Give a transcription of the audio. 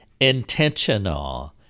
intentional